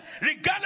Regardless